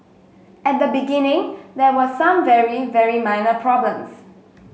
at the beginning there were some very very minor problems